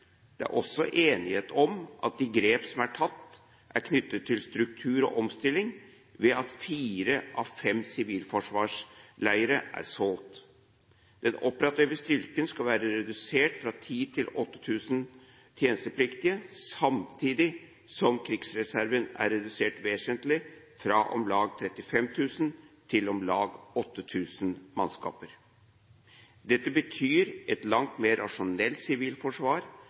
Det er også enighet om at de grep som er tatt, er knyttet til struktur og omstilling ved at fire av fem sivilforsvarsleirer er solgt. Den operative styrken skal være redusert fra 10 000 til 8 000 tjenestepliktige, samtidig som krigsreserven er redusert vesentlig, fra om lag 35 000 til om lag 8 000 mannskaper. Dette betyr et langt mer rasjonelt sivilforsvar